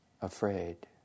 afraid